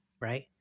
right